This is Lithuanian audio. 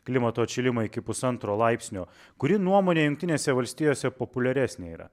klimato atšilimą iki pusantro laipsnio kuri nuomonė jungtinėse valstijose populiaresnė yra